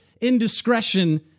indiscretion